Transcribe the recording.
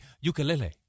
ukulele